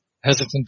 hesitant